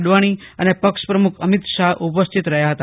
અડવાણી અને પક્ષ પ્રમુખ અમીત શાહ ઉપસ્થિત રહ્યા હતા